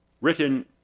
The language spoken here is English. written